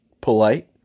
polite